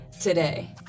today